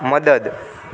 મદદ